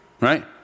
right